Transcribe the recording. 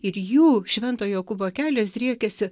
ir jų švento jokūbo kelias driekiasi